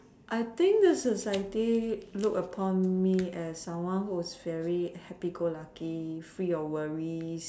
I think the society look upon me as someone who is very happy good lucky free of worries